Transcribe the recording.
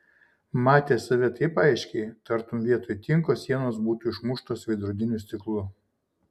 matė save taip aiškiai tartum vietoj tinko sienos būtų išmuštos veidrodiniu stiklu